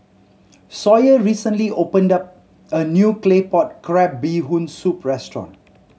Sawyer recently opened a new Claypot Crab Bee Hoon Soup restaurant